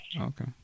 Okay